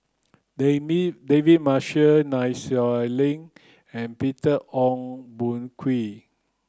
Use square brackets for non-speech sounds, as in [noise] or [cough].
[unintelligible] David Marshall Nai Swee Leng and Peter Ong Boon Kwee